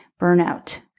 Burnout